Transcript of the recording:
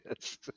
Yes